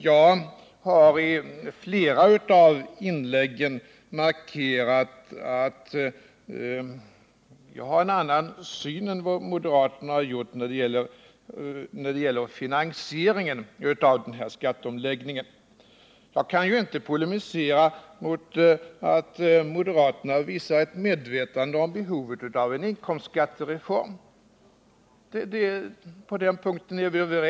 Jag har i flera av mina inlägg markerat att jag har en annan syn än moderaterna när det gäller finansieringen av den här skatteomläggningen. Jag kan inte polemisera mot att moderaterna visar ett medvetande om behovet av en inkomstskattereform. På den punkten är vi överens.